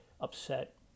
upset